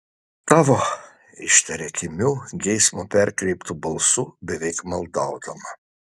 tavo ištaria kimiu geismo perkreiptu balsu beveik maldaudama